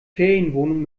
ferienwohnung